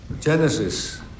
Genesis